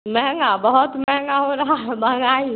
महंगा बहुत महंगा हो रहा है महंगाई